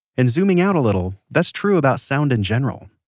and zooming out a little, that's true about sound in general